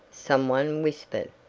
some one whispered.